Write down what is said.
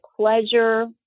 pleasure